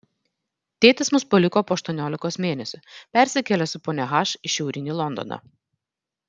tėtis mus paliko po aštuoniolikos mėnesių persikėlė su ponia h į šiaurinį londoną